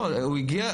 תראה,